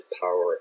power